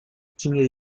tinha